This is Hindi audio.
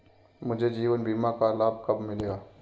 मुझे जीवन बीमा का लाभ कब मिलेगा?